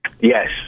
Yes